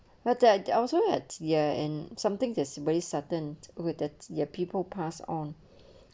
but there are also at ya and something to somebody certain with the their people pass on